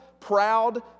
proud